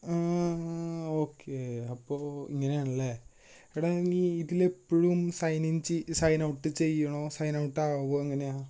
okay അപ്പോൾ ഇങ്ങനാണേൽ എടാ നീ ഇതിൽ എപ്പോഴും സൈൻ ഇൻ ചെയ്ത് സൈൻ ഔട്ട് ചെയ്യണോ സൈൻ ഔട്ട് ആവൊങ്ങനെയാണ്